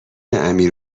امیر